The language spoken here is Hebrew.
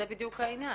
זה בדיוק העניין.